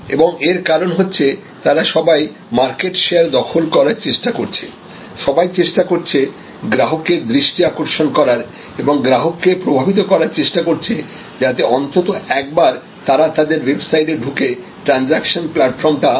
এবং এর কারণ হচ্ছে তারা সবাই মার্কেট শেয়ার দখল করার চেষ্টা করছে সবাই চেষ্টা করছে গ্রাহকের দৃষ্টি আকর্ষন করার এবং গ্রাহককে প্রভাবিত করার চেষ্টা করছে যাতে অন্তত একবার তারা তাদের ওয়েবসাইটে ঢুকে ট্রানজাকশন প্ল্যাটফর্ম টা অনুভব করে